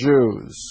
Jews